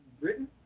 Britain